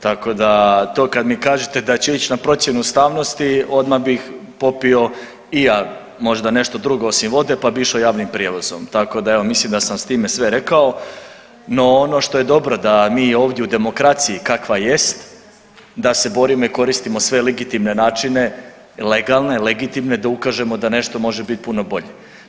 Tako da, to kad mi kažete da će ići na procjenu ustavnosti, odmah bih popio i ja možda nešto drugo osim vode pa bih išao javnim prijevozom, tako da evo, mislim da sam s time sve rekao, no ono što je dobro da mi ovdje u demokraciji kakva jest, da se borimo i koristimo sve legitimne načine, legalne, legitimne, da ukažemo da nešto može biti puno bolje.